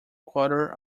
quarter